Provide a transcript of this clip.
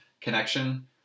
connection